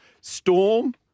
Storm